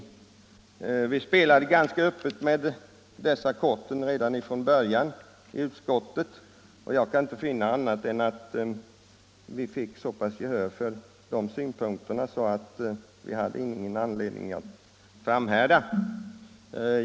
Vi spelade ganska öppet med dessa kort redan från början i utskottet och jag kan inte finna annat än att vi fick så pass gehör för våra synpunkter att vi inte hade någon anledning att framhärda.